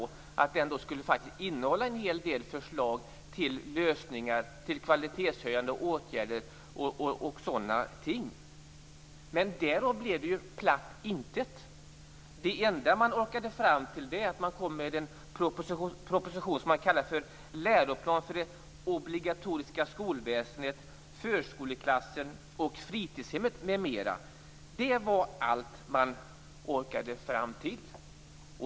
Jag trodde att den skulle innehålla en hel del förslag till lösningar, kvalitetshöjande åtgärder och sådana ting. Men därav blev platt intet. Det enda man orkade var att komma med en proposition som man kallar för Läroplan för det obligatoriska skolväsendet, förskoleklassen och fritidshemmet m.m. Det var allt man orkade komma fram till.